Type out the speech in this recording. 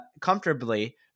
comfortably